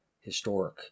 historic